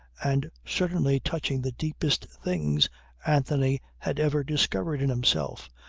and certainly touching the deepest things anthony had ever discovered in himself,